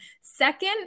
second